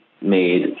made